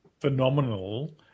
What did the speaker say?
phenomenal